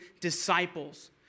disciples